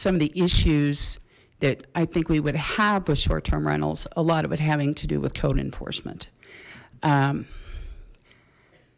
some of the issues that i think we would have with short term rentals a lot of it having to do with code enforcement